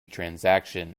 transaction